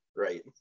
right